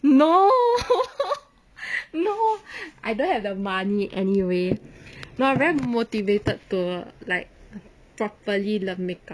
no no I don't have the money anyway no I very motivated to like properly learn makeup